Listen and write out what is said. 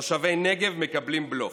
תושבי הנגב מקבלים בלוף: